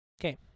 Okay